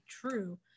true